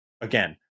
Again